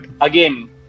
again